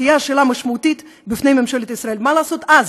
תהיה השאלה המשמעותית בפני ממשלת ישראל: מה לעשות אז,